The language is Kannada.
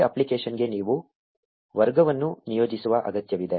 ಈ ಅಪ್ಲಿಕೇಶನ್ಗೆ ನೀವು ವರ್ಗವನ್ನು ನಿಯೋಜಿಸುವ ಅಗತ್ಯವಿದೆ